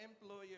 employer